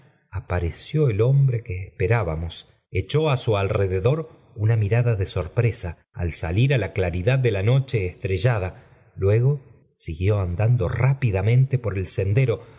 apareció ni hombre que esperábamos echó á su alrededor una mirada de sorpresa al salir á la claridad do ln noche estrellada talego siguió andando rápidamente por el sendero